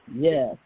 yes